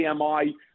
ami